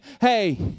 hey